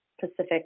Pacific